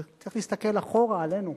צריך להסתכל אחורה, עלינו,